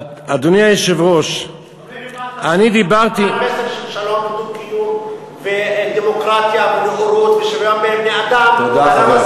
אדוני היושב-ראש, אני דיברתי, תלוי עם מה אתה בא.